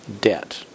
debt